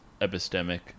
epistemic